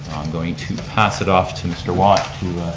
i'm going to pass it off to mr. watt